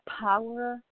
power